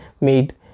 made